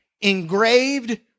engraved